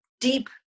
deep